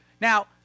Now